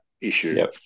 issue